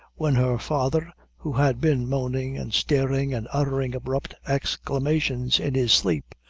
when her father, who had been moaning, and staring, and uttering abrupt exclamations in his sleep,